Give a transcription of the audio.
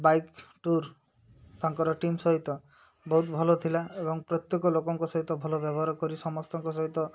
bike tour ତାଙ୍କର team ସହିତ ବହୁତ ଭଲ ଥିଲା ଏବଂ ପ୍ରତ୍ୟେକ ଲୋକଙ୍କ ସହିତ ଭଲ ବ୍ୟବହାର କରି ସମସ୍ତଙ୍କ ସହିତ